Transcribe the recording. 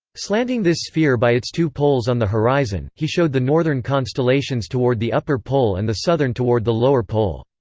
slanting this sphere by its two poles on the horizon, he showed the northern constellations toward the upper pole and the southern toward the lower pole.